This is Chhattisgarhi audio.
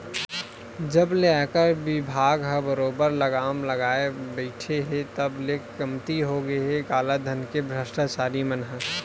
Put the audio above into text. जब ले आयकर बिभाग ह बरोबर लगाम लगाए बइठे हे तब ले कमती होगे हे कालाधन के भस्टाचारी मन ह